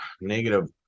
negative